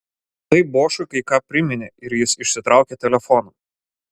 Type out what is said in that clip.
tai bošui kai ką priminė ir jis išsitraukė telefoną